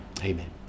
Amen